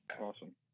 Awesome